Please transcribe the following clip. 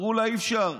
אמרו לה: אי-אפשר,